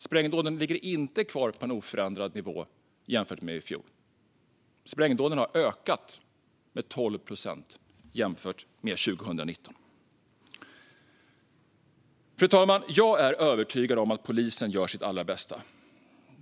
Sprängdåden ligger inte kvar på en oförändrad nivå jämfört med i fjol. Sprängdåden har ökat med 12 procent jämfört med 2019. Fru talman! Jag är övertygad om att polisen gör sitt allra bästa.